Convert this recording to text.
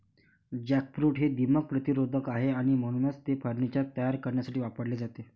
jackfruit हे दीमक प्रतिरोधक आहे आणि म्हणूनच ते फर्निचर तयार करण्यासाठी वापरले जाते